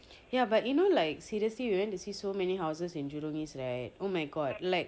ya but you know like seriously we went to see so many houses in jurong east right oh my god like